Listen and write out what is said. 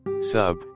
sub